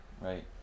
Right